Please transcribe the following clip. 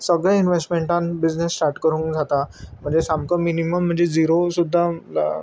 सगळे इनवेस्टमेंटान business start करूंक जाता म्हणजे सामको मिनिमम म्हणजे जिरो सुद्दा